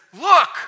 Look